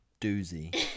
doozy